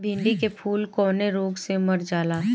भिन्डी के फूल कौने रोग से मर जाला?